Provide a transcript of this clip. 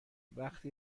وقتی